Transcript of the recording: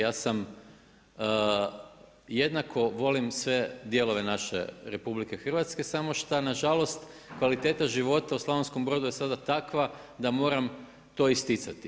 Ja sam jednako volim sve dijelove naše RH samo što nažalost kvaliteta života u Slavonskom Brodu je sada takva da moram to isticati.